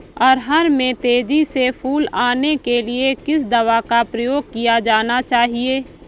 अरहर में तेजी से फूल आने के लिए किस दवा का प्रयोग किया जाना चाहिए?